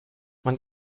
man